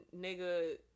nigga